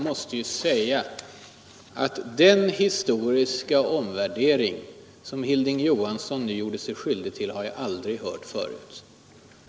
Herr talman! Den historiska omvärdering som Hilding Johansson nu gjorde sig skyldig till har jag aldrig hört förut.